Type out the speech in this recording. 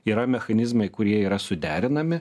yra mechanizmai kurie yra suderinami